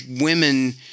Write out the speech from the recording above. women